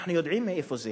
אנחנו יודעים מאיפה זה,